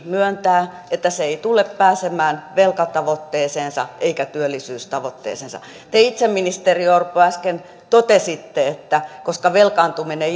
myöntää että se ei tule pääsemään velkatavoitteeseensa eikä työllisyystavoitteeseensa te itse ministeri orpo äsken totesitte että koska velkaantuminen